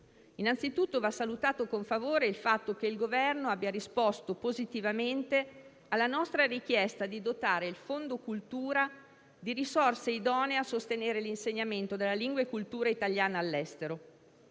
Innanzitutto, va salutato con favore il fatto che il Governo abbia risposto positivamente alla nostra richiesta di dotare il Fondo cultura di risorse idonee a sostenere l'insegnamento della lingua e cultura italiane all'estero.